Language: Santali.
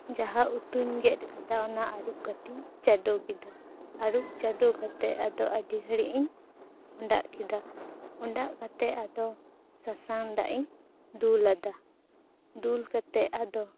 ᱡᱟᱦᱟᱸ ᱩᱛᱩᱧ ᱜᱮᱫ ᱟᱠᱟᱫᱟ ᱳᱱᱟ ᱟ ᱨᱩᱜ ᱠᱟᱛᱮᱫ ᱟᱫᱚ ᱟᱹᱰᱤ ᱜᱷᱟ ᱲᱤᱡ ᱤᱧ ᱦᱳᱸᱰᱟᱜ ᱠᱮᱫᱟ ᱦᱳᱸᱰᱟᱜ ᱠᱟᱛᱮᱫ ᱟᱫᱚ ᱥᱟᱥᱟᱝᱫᱟᱜ ᱤᱧ ᱫᱩᱞᱟᱫᱟ ᱫᱩᱞ ᱠᱟᱛᱮᱫ ᱟᱫᱚ